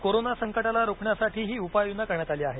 corona संकटाला रोखण्यासाठी ही उपाययोजना करण्यात आली आहे